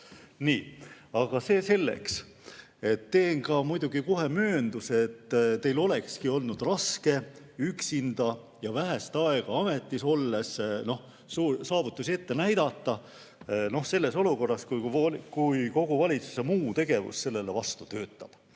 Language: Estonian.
Aga see selleks. Teen muidugi kohe möönduse, et teil olekski olnud raske üksinda ja alles vähe aega ametis olnuna saavutusi ette näidata olukorras, kus kogu valitsuse muu tegevus sellele vastu töötab.